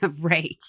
right